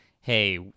hey